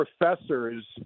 professors